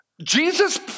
Jesus